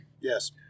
Yes